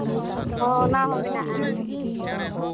ᱦᱚᱸ ᱚᱱᱟ ᱦᱚᱸ ᱢᱮᱱᱟᱜᱼᱟ